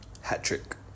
hat-trick